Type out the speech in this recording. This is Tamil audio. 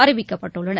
அறிவிக்கப்பட்டுள்ளனர்